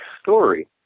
story